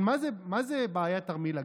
מה זה "בעיית תרמיל הגב"?